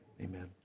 amen